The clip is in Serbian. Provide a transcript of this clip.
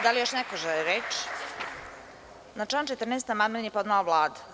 Da li još neko želi reč? (Ne) Na član 14. amandman je podnela Vlada.